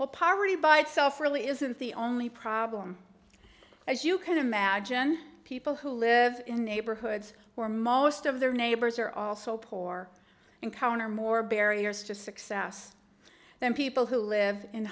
while poverty by itself really isn't the only problem as you can imagine people who live in neighborhoods where most of their neighbors are also pour encounter more barriers to success than people who live in